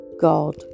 God